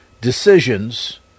decisions